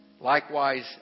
Likewise